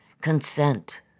Consent